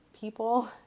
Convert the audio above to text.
people